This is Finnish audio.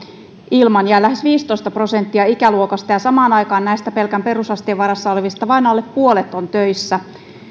jää lähes viisitoista prosenttia ikäluokasta ja samaan aikaan näistä pelkän perusasteen varassa olevista vain alle puolet on töissä